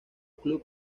club